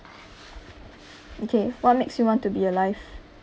okay what makes you want to be alive